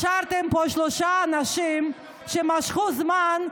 השארתם פה שלושה אנשים שמשכו זמן,